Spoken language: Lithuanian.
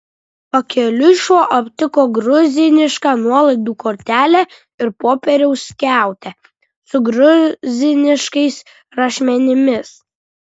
pakeliui šuo aptiko gruzinišką nuolaidų kortelę ir popieriaus skiautę su gruziniškais rašmenimis